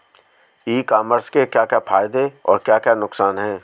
ई commerce के क्या क्या फायदे और क्या क्या नुकसान है?